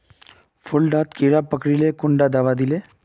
फुल डात कीड़ा पकरिले कुंडा दाबा दीले?